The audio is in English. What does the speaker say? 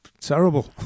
terrible